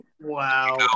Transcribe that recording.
Wow